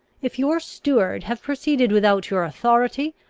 if your steward have proceeded without your authority,